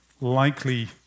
likely